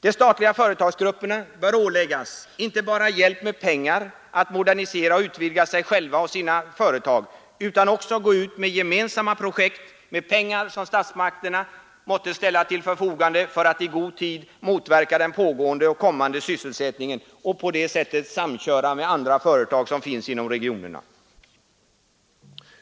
De statliga företagsgrupperna bör tillförsäkras inte bara hjälp med pengar till att modernisera och utvidga sig själva och sina företag utan också åläggas att gå ut med gemensamma projekt med pengar som statsmakterna måste ställa till förfogande för att i god tid påverka sysselsättningen och på det sättet samköra med andra företag inom regionerna.